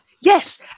yes